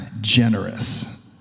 generous